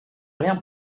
rien